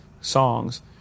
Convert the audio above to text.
songs